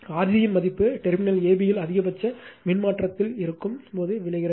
R g இன் மதிப்பு terminal ab ல் அதிகபட்ச மின் பரிமாற்றத்தில் இருக்கும் போது விளைகிறது